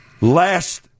last